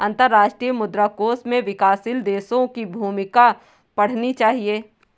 अंतर्राष्ट्रीय मुद्रा कोष में विकासशील देशों की भूमिका पढ़नी चाहिए